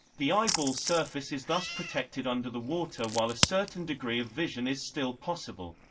the eyeball surface is thus protected under the water while a certain degree of vision is still possible.